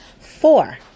Four